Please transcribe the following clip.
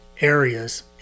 areas